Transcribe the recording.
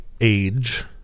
age